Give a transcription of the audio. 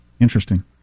interesting